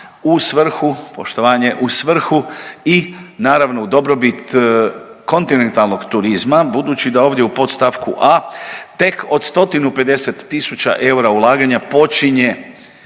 u svrhu, poštovanje, u svrhu i naravno u dobrobit kontinentalnog turizma budući da ovdje u podst. a. tek od stotinu 50 tisuća eura ulaganja počinje